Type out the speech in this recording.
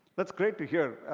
that's great to hear,